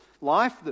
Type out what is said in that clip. life